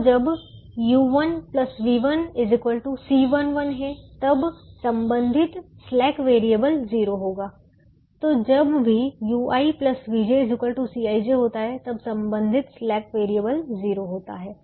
अब जब u1 v1 C11 है तब संबंधित स्लैक वेरिएबल 0 होगा तो जब भी ui vj Cij होता है तब संबंधित स्लैक वेरिएबल 0 होता है